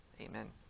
Amen